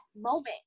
moment